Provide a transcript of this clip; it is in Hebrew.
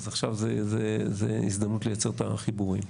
אז עכשיו זו הזדמנות לייצר את החיבורים.